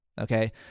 Okay